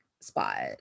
spot